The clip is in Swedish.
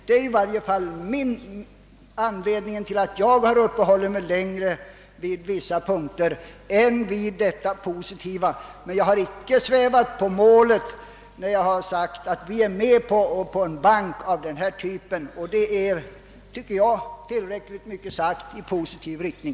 Det är i varje fall anledningen till att jag har uppehållit mig längre vid vissa om man så vill negativa punkter än vid det som är positivt. Men jag har inte svävat på målet när jag sagt att vi är med på att en investeringsbank av denna typ inrättas, dock med modifikationer som vi preciserat. Och det är, tycker jag, tillräckligt mycket sagt i positiv riktning.